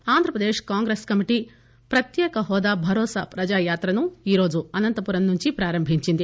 యాత్ర ఆంధ్రప్రదేశ్ కాంగ్రెస్ కమిటీ ప్రత్యేక హోదా భరోసా ప్రజా యాత్రను ఈరోజు అనంతపురం నుంచి ప్రారంభించింది